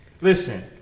listen